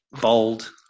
bold